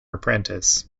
apprentice